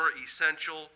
essential